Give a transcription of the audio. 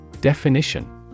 Definition